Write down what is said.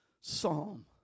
psalm